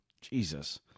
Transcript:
Jesus